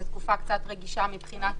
זו תקופה קצת רגישה מבחינת